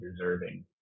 deserving